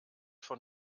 von